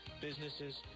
businesses